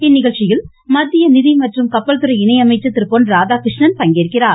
இந்நிகழ்ச்சியில் மத்திய நிதி மற்றும் கப்பல்துறை இணை அமைச்சர் திரு பொன் ராதாகிருஷ்ணன் பங்கேற்கிறார்